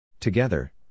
Together